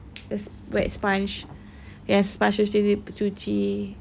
the sp~ wet sponge yang sponge cuci